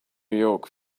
york